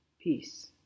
peace